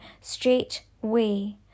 straightway